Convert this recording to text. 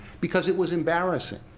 because it was embarrassing.